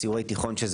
סיורי התיכון,